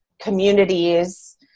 communities